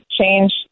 change